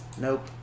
Nope